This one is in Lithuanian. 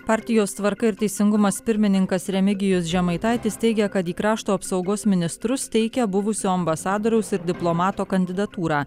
partijos tvarka ir teisingumas pirmininkas remigijus žemaitaitis teigia kad į krašto apsaugos ministrus teikia buvusio ambasadoriaus ir diplomato kandidatūrą